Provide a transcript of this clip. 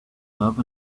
love